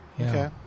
okay